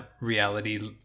reality